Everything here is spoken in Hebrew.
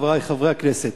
חברי חברי הכנסת,